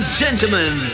gentlemen